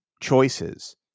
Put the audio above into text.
choices